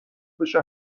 بشه